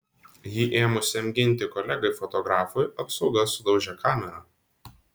jį ėmusiam ginti kolegai fotografui apsauga sudaužė kamerą